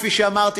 כפי שאמרתי,